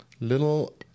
Little